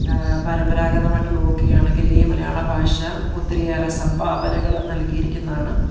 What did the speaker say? പരമ്പരാഗതമായിട്ട് നോക്കിയാണെങ്കിൽ ഈ മലയാളഭാഷ ഒത്തിരിയേറെ സംഭാവനകൾ നൽകിയിരിക്കുന്നതാണ്